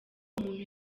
umuntu